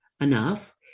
enough